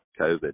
COVID